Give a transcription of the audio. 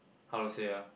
how to say ah